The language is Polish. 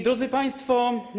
Drodzy Państwo!